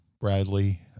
Bradley